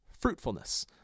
fruitfulness